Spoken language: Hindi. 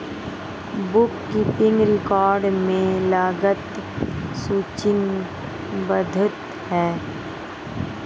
बुक कीपिंग रिकॉर्ड में लागत सूचीबद्ध है